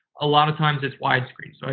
a lot of times it's wide screen. so